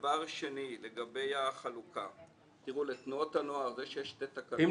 דבר שני לגבי החלוקה זה שיש שתי תקנות